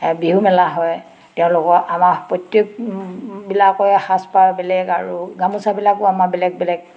বিহু মেলা হয় তেওঁলোকৰ আমাৰ প্ৰত্যেকবিলাকৰে সাজপাৰ বেলেগ আৰু গামোচাবিলাকো আমাৰ বেলেগ বেলেগ